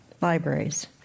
libraries